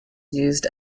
used